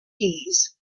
keys